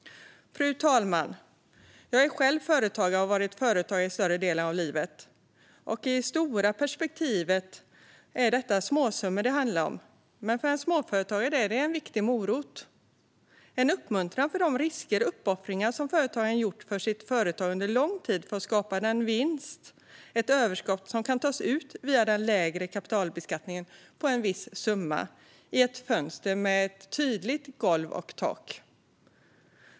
Fru talman! Jag är själv företagare och har varit det i större delen av mitt liv. I det stora perspektivet är det småsummor detta handlar om, men för en småföretagare är det en viktig morot. Det är en uppmuntran för de risker och uppoffringar som företagaren under lång tid har gjort för sitt företag för att skapa den vinst - ett överskott - som kan tas ut via den lägre kapitalbeskattningen på en viss summa, i ett fönster med ett tydligt golv och tak.